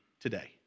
today